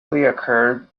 occurred